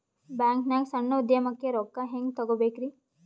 ಬ್ಯಾಂಕ್ನಾಗ ಸಣ್ಣ ಉದ್ಯಮಕ್ಕೆ ರೊಕ್ಕ ಹೆಂಗೆ ತಗೋಬೇಕ್ರಿ?